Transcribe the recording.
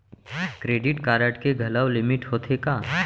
Credit card के घलव limit होथे का?